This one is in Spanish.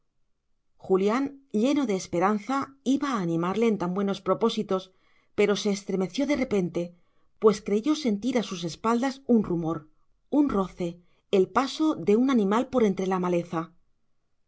julián lleno de esperanza iba a animarle en tan buenos propósitos pero se estremeció de repente pues creyó sentir a sus espaldas un rumor un roce el paso de un animal por entre la maleza